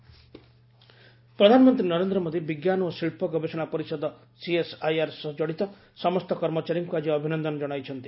PM CSIR ପ୍ରଧାନମନ୍ତ୍ରୀ ନରେନ୍ଦ୍ର ମୋଦୀ ବିଜ୍ଞାନ ଓ ଶିଳ୍ପ ଗବେଷଣା ପରିଷଦ ସିଏସ୍ଆଇଆର୍ ସହ ଜଡ଼ିତ ସମସ୍ତ କର୍ମଚାରୀଙ୍କୁ ଆଜି ଅଭିନନ୍ଦନ ଜଣାଇଛନ୍ତି